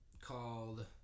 called